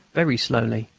very slowly,